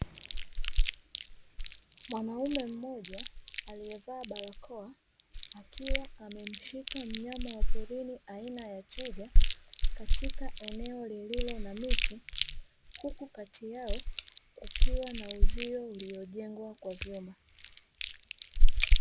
Mwanaume mmoja aliyevaa barakoa, akiwa amemshika mnyama wa porini aina ya twiga, katika eneo lililo na miti, huku kati yao kukiwa na uzio uliojengwa kwa vyuma.